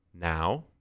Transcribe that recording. Now